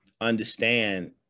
understand